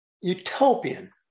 Utopian